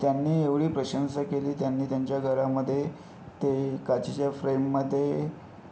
त्यांनी एवढी प्रशंसा केली त्यांनी त्यांच्या घरामध्ये ते काचेच्या फ्रेममध्ये